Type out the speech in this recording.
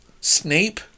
Snape